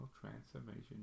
transformation